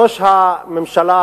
ראש הממשלה